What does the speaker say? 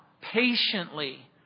patiently